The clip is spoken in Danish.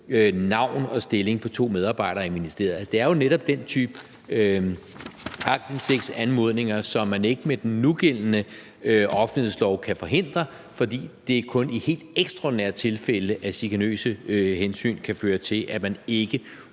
navn og stilling på to medarbejdere i ministeriet. Det er jo netop den type aktindsigtsanmodninger, som man ikke med den nugældende offentlighedslov kan forhindre, fordi det kun er i helt ekstraordinære tilfælde, at chikanøse hensyn kan føre til, at man ikke